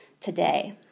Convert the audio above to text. today